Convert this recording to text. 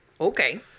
Okay